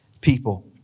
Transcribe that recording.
people